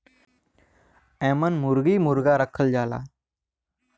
एमन मुरगी मुरगा रखल जाला